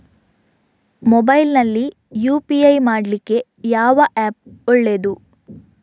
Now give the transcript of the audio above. Mobile ನಲ್ಲಿ UPI ಮಾಡ್ಲಿಕ್ಕೆ ಯಾವ ಆ್ಯಪ್ ಒಳ್ಳೇದು?